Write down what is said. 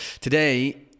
today